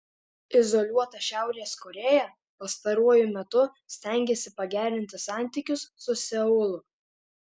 izoliuota šiaurės korėja pastaruoju metu stengiasi pagerinti santykius su seulu